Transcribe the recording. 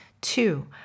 Two